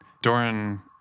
Doran